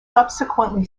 subsequently